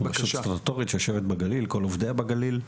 רשות עם כתובת שיושבת בגליל כל עובדיה בגליל,